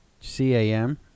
C-A-M